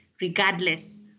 regardless